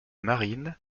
marines